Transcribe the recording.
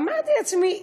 ואמרתי לעצמי: